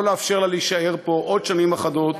לא לאפשר לה להישאר פה עוד שנים אחדות,